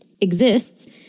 exists